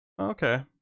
Okay